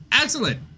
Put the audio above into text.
Excellent